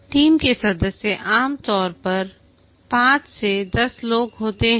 team के सदस्य आम तौर पर 5 से 10 लोग होते हैं जिनके पास कार्यात्मक दक्षता होती है